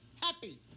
happy